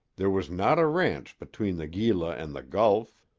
there was not a ranch between the gila and the gulf.